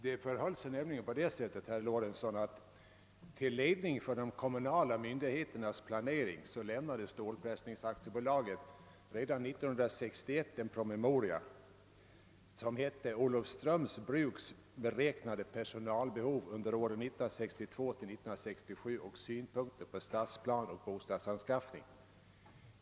Det förhöll sig nämligen på det sättet, herr Lorentzon, att, till ledning för de kommunala myndigheternas planering överlämnade Svenska Stålpressningsaktiebolaget redan 1961 en promemoria »Olofströms Bruks beräknade personalbehov 1962—1967 och synpunkter på stadsplanen och bostadsanskaffningen».